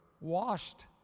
washed